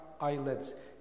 eyelids